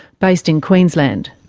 based in queensland.